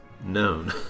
known